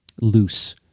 loose